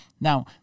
Now